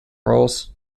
roles